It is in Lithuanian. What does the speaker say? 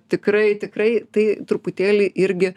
tikrai tikrai tai truputėlį irgi